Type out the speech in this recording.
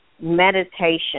meditation